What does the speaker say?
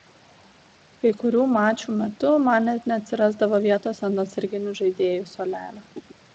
kai kurių mačų metu man net neatsirasdavo vietos ant atsarginių žaidėjų suolelio